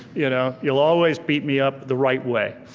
you know you'll always beat me up the right way.